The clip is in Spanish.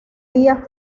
días